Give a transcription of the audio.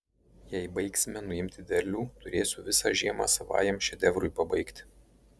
jei baigsime nuimti derlių turėsiu visą žiemą savajam šedevrui pabaigti